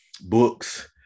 books